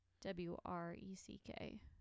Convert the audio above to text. W-R-E-C-K